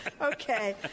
Okay